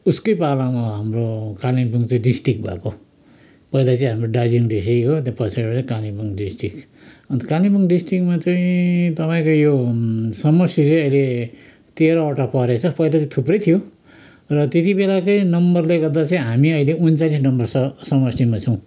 उसकै पालामा हाम्रो कालिम्पोङ चाहिँ डिस्ट्रिक्ट भएको पहिला चाहिँ हाम्रो दार्जिलिङ डिस्ट्रिक्ट हो अन्त पछाडिबाट हाम्रो कालिम्पोङ डिस्ट्रिक्ट अन्त कालिम्पोङ डिस्ट्रिक्टमा चाहिँ तपाईँको यो समष्टि चाहिँ अहिले तेह्रवटा परेछ पहिला त थुप्रै थियो र त्यति बेलाकै नम्बरले गर्दा चाहिँ हामी अहिले उन्चालिस नम्बर स समष्टिमा छौँ